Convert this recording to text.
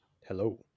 Hello